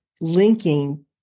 linking